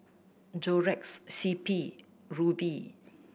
Xorex C P Rubi